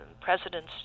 Presidents